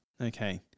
Okay